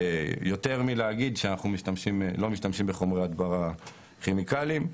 יותר מלהגיד שאנחנו לא משתמשים בחומרי הדברה כימיקליים.